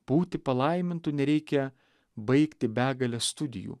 būti palaimintu nereikia baigti begales studijų